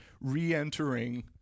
re-entering